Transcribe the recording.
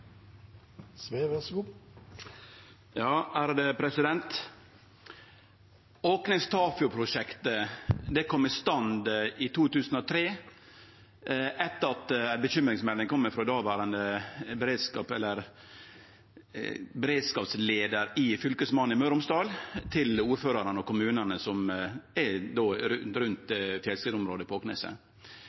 kom i stand i 2003, etter at det kom ei bekymringsmelding frå dåverande beredskapsleiar hos Fylkesmannen i Møre og Romsdal til ordførarane i kommunane som ligg rundt fjellskredområdet på